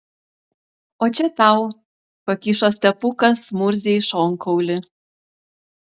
o čia tau pakišo stepukas murzei šonkaulį